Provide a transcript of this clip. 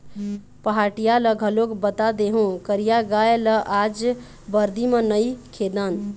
पहाटिया ल घलोक बता देहूँ करिया गाय ल आज बरदी म नइ खेदन